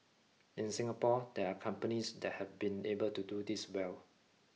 in Singapore there are companies that have been able to do this well